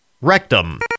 rectum